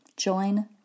Join